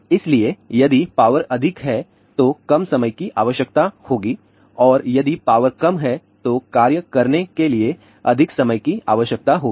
इसलिए यदि पावर अधिक है तो कम समय की आवश्यकता होगी और यदि पावर कम है तो कार्य करने के लिए अधिक समय की आवश्यकता होगी